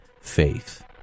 faith